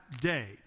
day